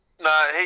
no